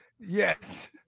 Yes